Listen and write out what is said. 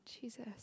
Jesus